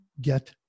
get